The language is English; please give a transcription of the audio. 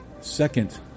second